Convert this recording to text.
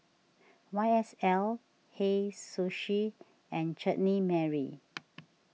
Y S L Hei Sushi and Chutney Mary